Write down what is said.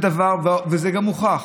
וזה גם מוכח,